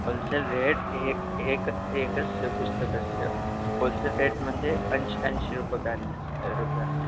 wholesale rate एकस्य एकस्य एकस्य पुस्तकस्य होल्सेल् रेट् मध्ये अंशः अंशः रूप्यकाणि रूप्यकाणि